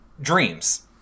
dreams